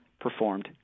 performed